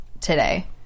today